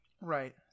Right